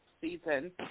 season